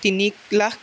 তিনি লাখ